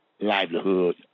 livelihood